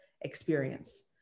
experience